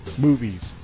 movies